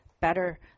better